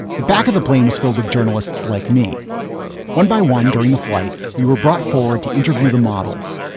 the back of the plane was filled with journalists like me one by one during the flight. we were brought forward to interview the models.